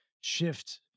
shift